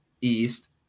East